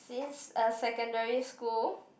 since uh secondary school